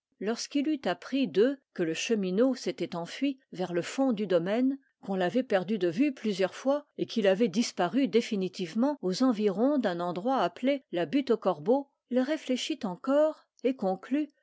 lorsqu'il eut appris d'eux que le chemineau s'était enfui vers le fond du domaine qu'on l'avait perdu de vue plusieurs fois et qu'il avait disparu définitivement aux environs d'un endroit appelé la butte aux corbeaux il réfléchit encore et conclut